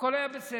הכול היה בסדר.